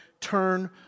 turn